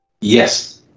yes